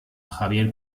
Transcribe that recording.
javier